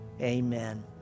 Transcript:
Amen